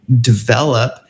develop